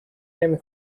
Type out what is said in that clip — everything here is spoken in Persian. نمی